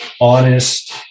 honest